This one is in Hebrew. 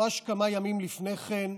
ממש כמה ימים לפני כן,